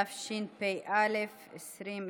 התשפ"א 2021,